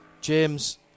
James